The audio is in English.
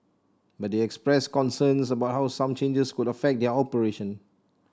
but they express concerns about how some changes could affect their operation